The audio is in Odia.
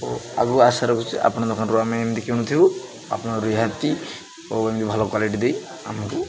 ଓ ଆଗକୁ ଆଶା ରଖୁଛି ଆପଣଙ୍କ ଦୋକାନରୁ ଆମେ ଏମିତି କିଣୁଥିବୁ ଆପଣ ରିହାତି ଓ ଏମିତି ଭଲ କ୍ଵାଲିଟି ଦେଇ ଆମକୁ